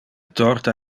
torta